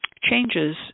changes